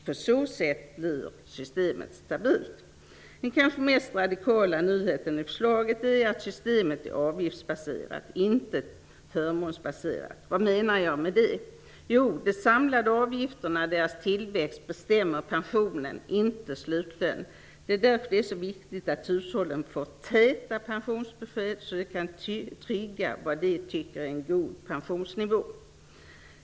På så sätt blir systemet stabilt. Den kanske mest radikala nyheten i förslaget är att systemet är avgiftsbaserat, inte förmånsbaserat. Vad menar jag med det? Jo, de samlade avgifterna och deras tillväxt bestämmer pensionen, inte slutlönen. Det är därför som det är så viktigt att hushållen får täta pensionsbesked så att de kan trygga vad de anser vara en god pensionsnivå.